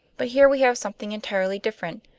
but here we have something entirely different.